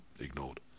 ignored